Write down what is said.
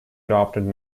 adopted